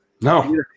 No